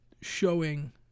showing